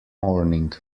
morning